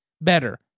better